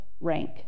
rank